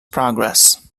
progress